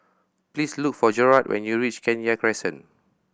please look for Jerrad when you reach Kenya Crescent